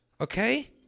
Okay